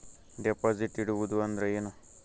Deposit ಇಡುವುದು ಅಂದ್ರ ಏನ?